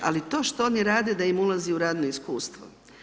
Ali to što oni rade da im ulaze u radno iskustvo.